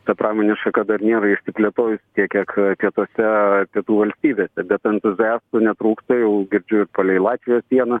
ta pramonės šaka dar niera išsiplėtijusi tiek kiek pietuose pietų valstybėse bet entuziastų netrūksta jau girdžiu ir palei latvijos sieną